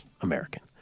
American